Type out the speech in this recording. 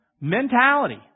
mentality